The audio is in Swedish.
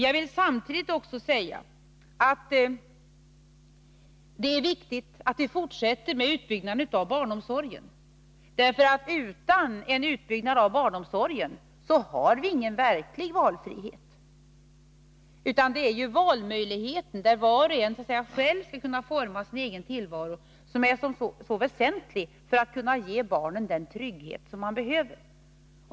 Jag vill samtidigt också säga att det är viktigt att vi fortsätter att bygga ut barnomsorgen, därför att utan en utbyggnad av barnomsorgen finns det ingen verklig valfrihet. Det är ju valmöjligheten för var och en att själv kunna forma sin egen tillvaro som är så väsentlig för att man skall kunna ge barnen den trygghet som de behöver.